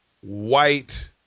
white